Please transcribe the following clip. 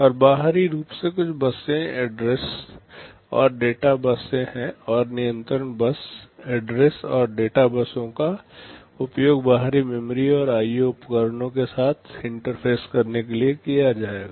और बाहरी रूप से कुछ बसें एड्रेस और डेटा बस हैं और नियंत्रण बस एड्रेस और डेटा बसों का उपयोग बाहरी मेमोरी और आईओ उपकरणों के साथ इंटरफेस करने के लिए किया जाएगा